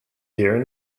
year